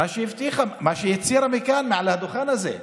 מה שהבטיחה, מה שהצהירה מכאן, מעל הדוכן הזה.